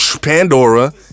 Pandora